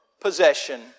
possession